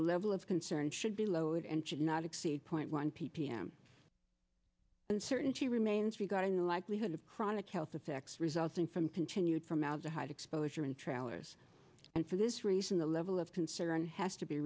a level of concern should be lowered and should not exceed point one ppm uncertainty remains regarding the likelihood of chronic health effects resulting from continued formaldehyde exposure and trailers and for this reason the level of concern has to be